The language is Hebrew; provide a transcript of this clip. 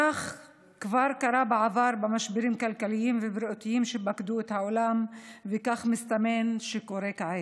כך כבר קרה בעבר במשברים כלכליים ובריאותיים בעולם וכך מסתמן שקורה כעת.